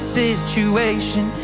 situation